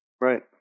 Right